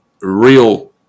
real